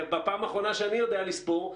בפעם האחרונה שאני יודע לספור,